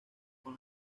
con